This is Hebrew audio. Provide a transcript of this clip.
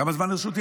כמה זמן לרשותי,